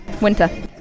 Winter